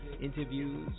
interviews